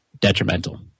detrimental